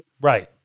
Right